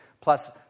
plus